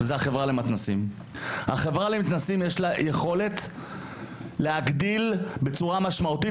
החברה הזו היא החברה למתנ"סים ויש לה יכולת להגדיל בצורה משמעותית